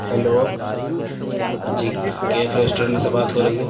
hello ہاں جی Kaif restaurant سے بات ہو رہی ہے